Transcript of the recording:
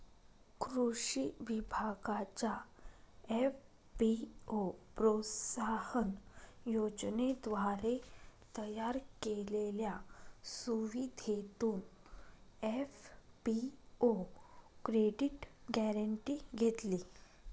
कृषी विभागाच्या एफ.पी.ओ प्रोत्साहन योजनेद्वारे तयार केलेल्या सुविधेतून एफ.पी.ओ क्रेडिट गॅरेंटी घेतली